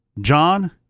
John